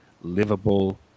livable